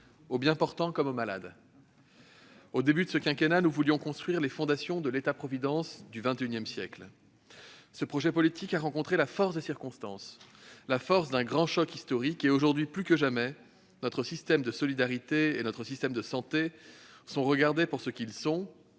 aux biens portants comme aux malades. Au début de ce quinquennat, nous voulions poser les fondations de l'État-providence du XXI siècle. Ce projet politique s'est heurté à la force des circonstances et d'un choc historique sans précédent. Aujourd'hui plus que jamais, nos systèmes de solidarité et de santé sont regardés pour ce qu'ils sont